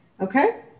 Okay